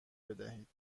بدهید